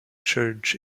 church